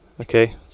Okay